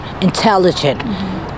intelligent